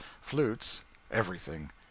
flutes—everything